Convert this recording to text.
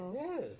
Yes